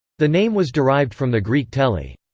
the name was derived from the greek tele